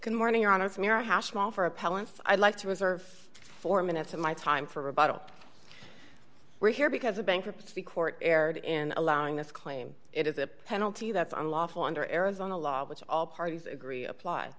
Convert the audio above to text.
good morning your honor from your house small for appellant i'd like to reserve four minutes of my time for rebuttal we're here because a bankruptcy court erred in allowing this claim it is a penalty that's unlawful under arizona law which all parties agree appl